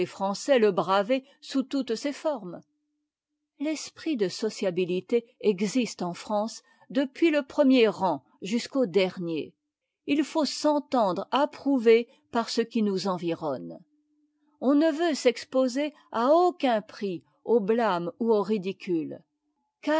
français te braver sous toutes ses formes l'esprit de sociabilité existe en france depuis le premier rang jusqu'au dernier il faut s'entendre approuver par ce qui nous environne on ne veut s'exposer à aucun prix au blâme ou au ridicule